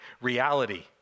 reality